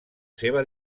seva